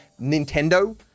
nintendo